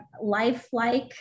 lifelike